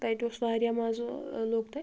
تَتہِ اوس واریاہ مزٕ ٲں لوٚگ تَتہِ